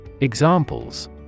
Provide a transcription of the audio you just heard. Examples